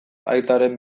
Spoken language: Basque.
aitaren